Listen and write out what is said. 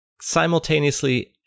Simultaneously